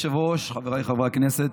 אדוני היושב-ראש, חבריי חברי הכנסת,